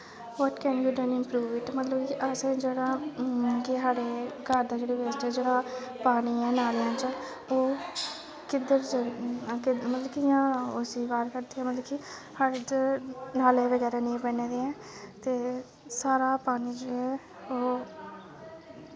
but can we done improve it मतलब कि अस जेह्ड़ा के साढ़े घर दा जेह्ड़ा वेस्टेज़ ऐ पानी ऐ नालियें च ओह् किद्धर ज मतलब कि कियां उसी बाह्र कड्ढदे मतलब कि साढ़े इद्धर नाले बगैरा नेईं बने दे ते सारा पानी जेह्ड़ा ओह्